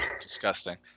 disgusting